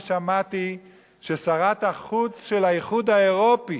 זה ששמעתי ששרת החוץ של האיחוד האירופי